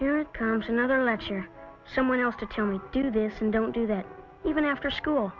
here comes another lecture someone else to tell me do this and don't do that even after school